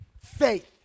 faith